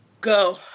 Go